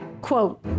Quote